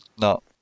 No